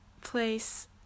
place